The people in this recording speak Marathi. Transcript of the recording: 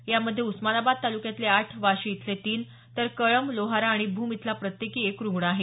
यामध्ये उस्मानाबाद तालुक्यातले आठ वाशी इथले तीन तर कळंब लोहारा आणि भूम इथला प्रत्येकी एक रुग्ण आहे